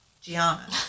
Gianna